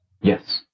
Yes